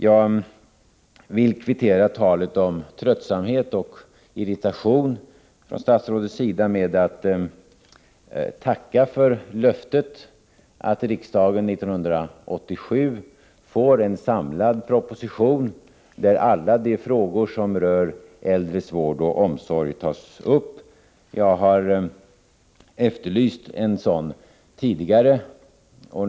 Jag vill kvittera talet om tröttsamhet och irritation med att tacka för löftet att riksdagen 1987 skall få en samlad proposition där alla de frågor som rör äldres vård och omsorg tas upp. Jag har efterlyst en sådan tidigare.